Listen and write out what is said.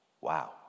wow